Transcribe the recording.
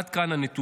עד כאן הנתונים.